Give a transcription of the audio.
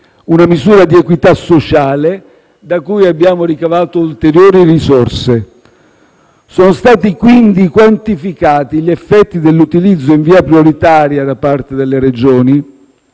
una misura di equità sociale, da cui abbiamo ricavato ulteriori risorse. Sono stati quindi quantificati gli effetti dell'utilizzo in via prioritaria da parte delle Regioni